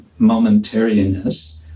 momentariness